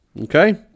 Okay